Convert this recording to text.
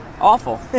Awful